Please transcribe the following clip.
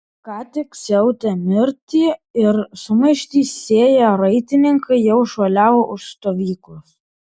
ką tik siautę mirtį ir sumaištį sėję raitininkai jau šuoliavo už stovyklos